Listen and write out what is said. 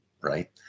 right